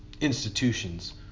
institutions